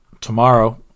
tomorrow